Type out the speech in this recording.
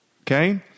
Okay